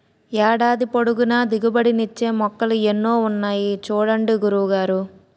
ఏడాది పొడుగునా దిగుబడి నిచ్చే మొక్కలు ఎన్నో ఉన్నాయి చూడండి గురువు గారు